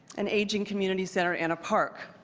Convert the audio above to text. an aging community center, and a park.